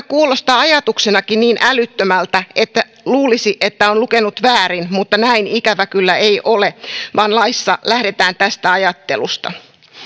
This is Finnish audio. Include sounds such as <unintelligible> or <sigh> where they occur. <unintelligible> kuulostaa ajatuksenakin niin älyttömältä että luulisi että on lukenut väärin mutta näin ikävä kyllä ei ole vaan laissa lähdetään tästä ajattelusta